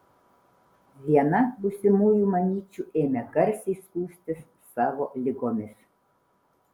viena būsimųjų mamyčių ėmė garsiai skųstis savo ligomis